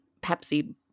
Pepsi